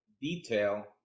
detail